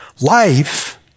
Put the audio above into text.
Life